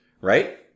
Right